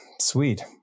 sweet